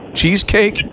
cheesecake